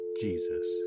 Jesus